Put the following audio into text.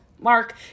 Mark